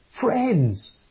friends